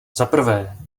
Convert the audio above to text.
zaprvé